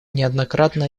неоднократно